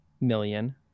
million